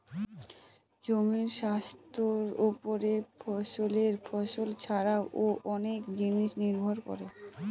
জমির স্বাস্থ্যের ওপর ফসলের ফলন ছারাও অনেক জিনিস নির্ভর করে